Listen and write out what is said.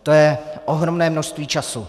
To je ohromné množství času.